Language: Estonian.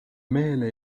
mehele